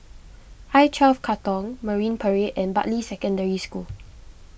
I twelve Katong Marine Parade and Bartley Secondary School